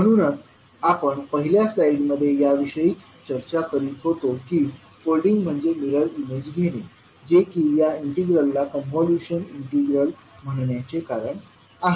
म्हणूनच आपण पहिल्या स्लाइडमध्ये याविषयीच चर्चा करीत होतो की फोल्डिंग म्हणजे मिरर इमेज घेणे जे की या इंटिग्रलला कॉन्व्होल्यूशन इंटिग्रल म्हणण्याचे कारण आहे